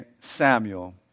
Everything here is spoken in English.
Samuel